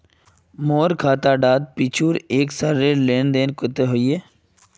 मोर खाता डात पिछुर एक सालेर लेन देन कतेक होइए?